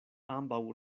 ambaŭ